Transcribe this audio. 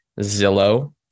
Zillow